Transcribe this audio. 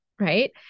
right